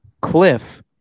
Cliff